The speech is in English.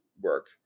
work